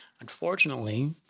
Unfortunately